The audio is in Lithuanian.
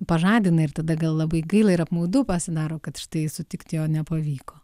pažadina ir tada gal labai gaila ir apmaudu pasidaro kad štai sutikt jo nepavyko